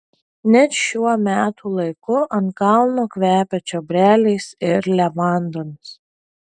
net šiuo metų laiku ant kalno kvepia čiobreliais ir levandomis